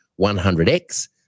100X